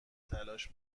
تلاش